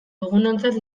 dugunontzat